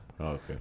okay